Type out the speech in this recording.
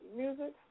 music